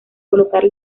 colocar